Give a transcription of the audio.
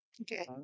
Okay